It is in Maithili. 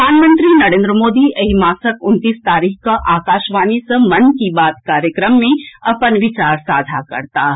प्रधानमंत्री नरेन्द्र मोदी एहि मासक उनतीस तारीख कऽ आकाशवाणी सँ मन की बात कार्यक्रम मे अपन विचार साझा करताह